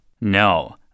No